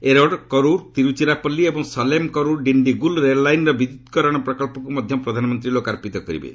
ଏରୋଡ୍ କରୁର୍ ଡିରୁଚିରାପଲ୍ଲୀ ଏବଂ ସଲେମ୍ କରୁର୍ ଡିଣ୍ଡିଗୁଲ୍ ରେଳଲାଇନ୍ର ବିଦ୍ୟୁତ୍ କରଣ ପ୍ରକଳ୍ପକୁ ମଧ୍ୟ ପ୍ରଧାନମନ୍ତ୍ରୀ ଲୋକାର୍ପିତ କରିବେ